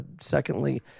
secondly